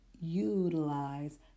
utilize